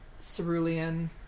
cerulean